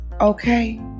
okay